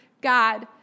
God